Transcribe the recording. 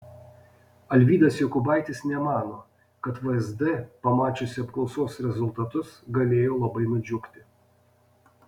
alvydas jokubaitis nemano kad vsd pamačiusi apklausos rezultatus galėjo labai nudžiugti